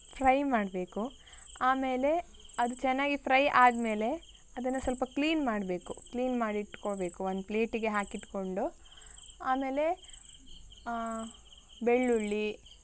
fry ಮಾಡಬೇಕು ಆಮೇಲೆ ಅದು ಚೆನ್ನಾಗಿ ಫ್ರೈ ಆದ ಮೇಲೆ ಅದನ್ನು ಸ್ವಲ್ಪ ಕ್ಲೀನ್ ಮಾಡಬೇಕು ಕ್ಲೀನ್ ಮಾಡಿ ಇಟ್ಕೋಬೇಕು ಒಂದು ಪ್ಲೇಟಿಗೆ ಹಾಕಿ ಇಟ್ಟುಕೊಂಡು ಆಮೇಲೆ ಬೆಳ್ಳುಳ್ಳಿ